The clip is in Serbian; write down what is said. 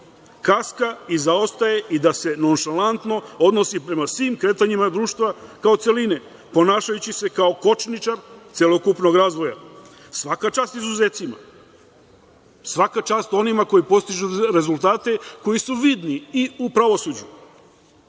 kaska i zaostaje i da se nonšalantno odnosi prema svim kretanjima društva kao celine, ponašajući se kao kočničar celokupnog razvoja. Svaka čast izuzecima. Svaka čast onima koji postižu rezultate koji su vidni i u pravosuđu.